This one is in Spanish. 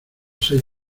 seis